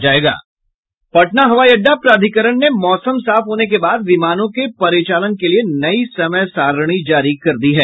पटना हवाई अड़डा प्राधिकरण ने मौसम साफ होने के बाद विमानों के परिचालन के लिए नई समय सारणी जारी कर दिया है